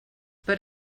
per